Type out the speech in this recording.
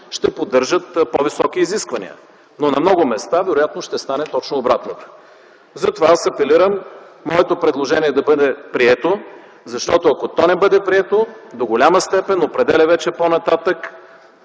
ще поддържат по-високи изисквания, но на много места вероятно ще стане точно обратното. Аз апелирам моето предложение да бъде прието, защото ако то не бъде прието, по-нататък вече до голяма степен определя съдържанието